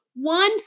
One